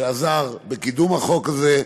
שעזר בקידום החוק הזה,